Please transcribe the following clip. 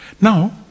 Now